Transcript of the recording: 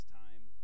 time